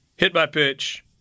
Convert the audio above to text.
Hit-by-pitch